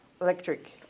Electric